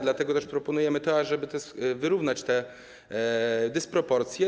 Dlatego też proponujemy, żeby wyrównać te dysproporcje.